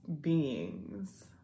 beings